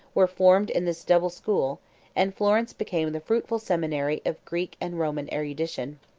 were formed in this double school and florence became the fruitful seminary of greek and roman erudition.